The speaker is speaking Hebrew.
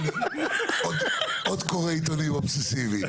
הנה, עוד קורא עיתונים אובססיבי.